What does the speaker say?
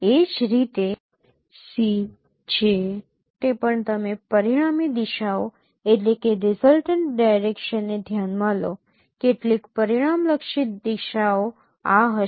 એ જ રીતે Cj માટે પણ તમે પરિણામી દિશાઓ ને ધ્યાનમાં લો કેટલીક પરિણામલક્ષી દિશાઓ આ હશે